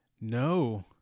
No